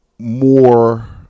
more